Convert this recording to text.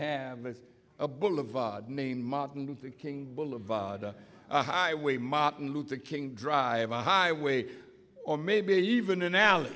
have a boulevard name martin luther king boulevard a highway martin luther king drive a highway or maybe